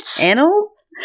Annals